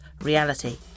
reality